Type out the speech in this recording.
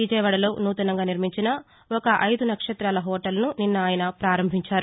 విజయవాడలో నూతనంగా నిర్మించిన ఒక ఐదు నక్షతాల హెూటల్ను నిన్న ఆయన పారంభించారు